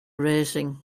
racing